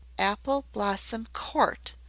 apple blossom court!